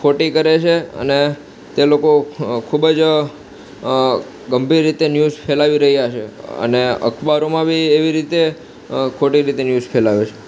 ખોટી કરે છે અને તે લોકો ખૂબ જ ગંભીર રીતે ન્યૂઝ ફેલાવી રહ્યાં છે અને અખબારોમાં બી એવી રીતે ખોટી રીતે ન્યૂઝ ફેલાવે છે